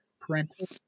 Parental